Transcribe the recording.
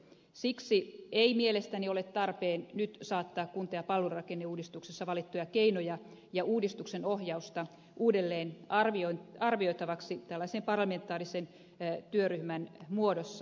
siksi ei mielestäni ole tarpeen nyt saattaa kunta ja palvelurakenneuudistuksessa valittuja keinoja ja uudistuksen ohjausta uudelleenarvioitavaksi tällaisen parlamentaarisen työryhmän muodossa